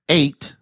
eight